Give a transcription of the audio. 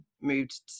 moved